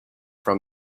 from